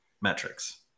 metrics